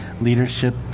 leadership